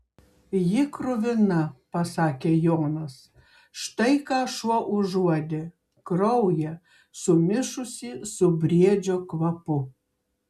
ji kruvina pasakė jonas štai ką šuo užuodė kraują sumišusį su briedžio kvapu